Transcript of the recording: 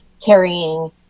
carrying